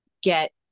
get